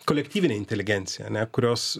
kolektyvinę inteligenciją kurios